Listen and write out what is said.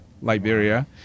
Liberia